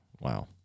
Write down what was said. Wow